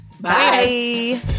Bye